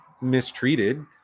mistreated